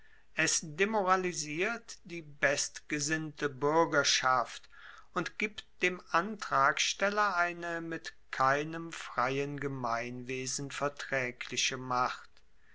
es demoralisiert die bestgesinnte buergerschaft und gibt dem antragsteller eine mit keinem freien gemeinwesen vertraegliche macht